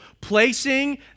placing